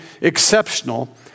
exceptional